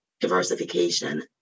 diversification